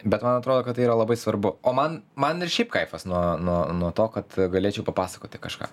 bet man atrodo kad tai yra labai svarbu o man man ir šiaip kaifas nuo nuo to kad galėčiau papasakoti kažką